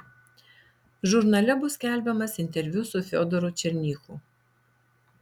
žurnale bus skelbiamas interviu su fedoru černychu